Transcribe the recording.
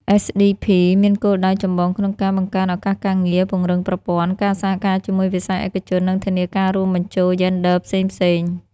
SDP មានគោលដៅចម្បងក្នុងការ បង្កើនឱកាសការងារ ពង្រឹងប្រព័ន្ធ ការសហការជាមួយវិស័យឯកជន និងធានាការរួមបញ្ចូលយេនឌ័រផ្សេងៗ។